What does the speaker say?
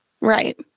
Right